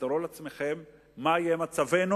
תארו לעצמכם מה יהיה מצבנו,